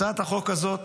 הצעת החוק הזאת